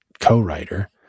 co-writer